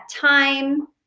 time